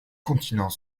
continent